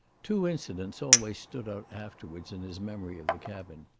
two incidents always stood out afterwards in his memory of the cabin.